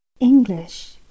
English